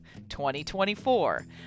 2024